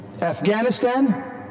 Afghanistan